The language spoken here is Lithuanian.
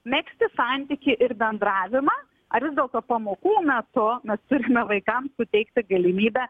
megzti santykį ir bendravimą ar vis dėlto pamokų metu mes turime vaikams suteikti galimybę